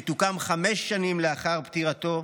שתוקם חמש שנים לאחר פטירתו.